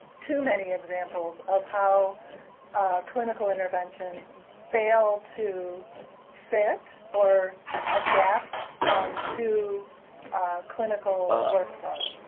too many examples, of how clinical interventions fail to fit or adapt to clinical workloads,